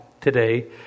today